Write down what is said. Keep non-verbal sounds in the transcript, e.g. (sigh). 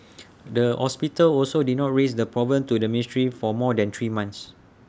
(noise) the hospital also did not raise the problem to the ministry for more than three months